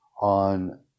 on